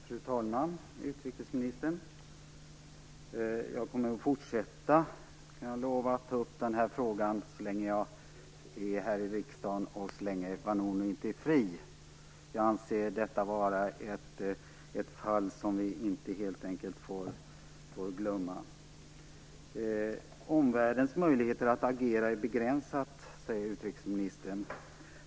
Fru talman! Utrikesministern! Jag lovar att jag kommer att fortsätta ta upp den här frågan så länge jag är kvar här i riksdagen och så länge Vanunu inte är fri. Jag anser detta vara ett fall som vi helt enkelt inte får glömma. Omvärldens möjligheter att agera är begränsade, säger utrikesministern.